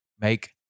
make